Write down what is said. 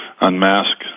unmask